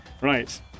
right